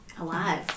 alive